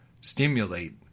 stimulate